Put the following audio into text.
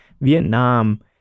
Vietnam